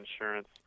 insurance